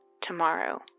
tomorrow